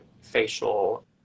facial